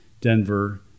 Denver